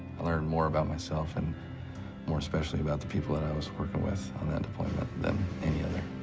i learned more about myself, and more especially about the people that i was working with on that deployment than any other.